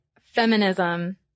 feminism